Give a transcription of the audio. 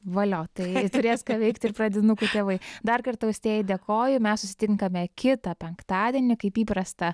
valio tai turės ką veikti ir pradinukų tėvai dar kartą austėjai dėkoju mes susitinkame kitą penktadienį kaip įprasta